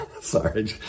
Sorry